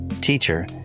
teacher